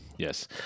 Yes